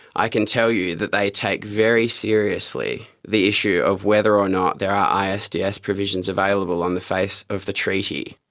i can tell you that they take very seriously the issue of whether or not there are isds yeah provisions available on the face of the treaty.